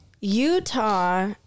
Utah